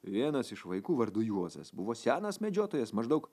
vienas iš vaikų vardu juozas buvo senas medžiotojas maždaug